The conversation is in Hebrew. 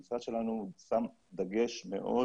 המשרד שלנו שם דגש מאוד